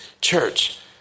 Church